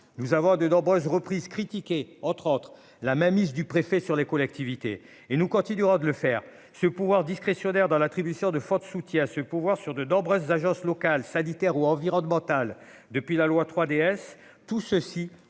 nous avons de nombreuses reprises critiqué entre autres la mainmise du préfet sur les collectivités et nous continuera de le faire, ce pouvoir discrétionnaire dans l'attribution de Ford, soutien à ce pouvoir sur de nombreuses agences locales sanitaire ou environnemental, depuis la loi 3DS tout ceci